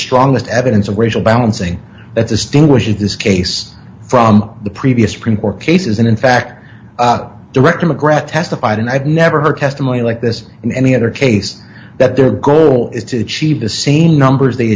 strongest evidence of racial balancing that distinguishes this case from the previous print more cases and in fact direct mcgrath testified and i've never heard testimony like this in any other case that their goal is to achieve the same numbers they